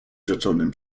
rzeczonym